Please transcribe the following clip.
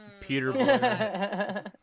Peter